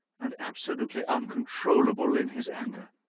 and absolutely uncontrollable in his anger.